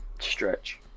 Stretch